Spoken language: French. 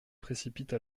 précipite